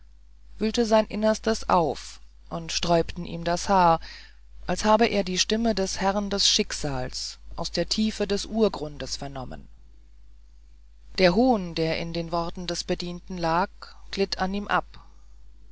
wühlte sein innerstes auf und sträubte ihm das haar als habe er die stimme des herrn des schicksals aus der tiefe des urgrundes vernommen der hohn der in den worten des bedienten lag glitt an ihm ab